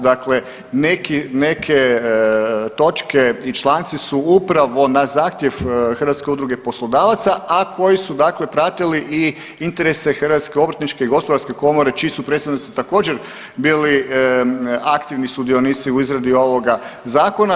Dakle, neki, neke točke i članci su upravo na zahtjev Hrvatske udruge poslodavaca, a koji su dakle pratili i interese Hrvatske obrtničke i gospodarske komore čiji su predstavnici također bili aktivni sudionici u izradi ovog zakona.